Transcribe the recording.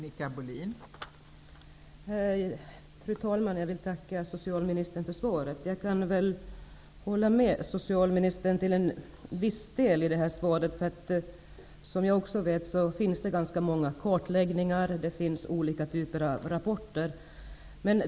Fru talman! Jag vill tacka socialministern för svaret. Jag kan hålla med socialministern till en viss del. Som jag också vet finns det ganska många kartläggningar och olika typer av rapporter.